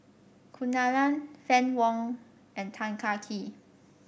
Kunalan Fann Wong and Tan Kah Kee